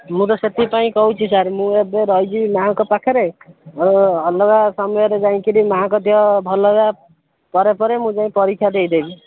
ମୁଁ ତ ସେଥିପାଇଁ କହୁଛି ସାର ମୁଁ ଏବେ ରହିଯିବି ମା'ଙ୍କ ପାଖରେ ଅଲଗା ସମୟରେ ଯାଇକିରି ମା'ଙ୍କ ଦେହ ଭଲ ହେବା ପରେ ପରେ ମୁଁ ଯାଇକି ପରୀକ୍ଷା ଦେଇଦେବି